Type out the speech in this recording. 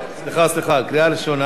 סליחה, בקריאה ראשונה,